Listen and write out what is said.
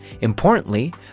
Importantly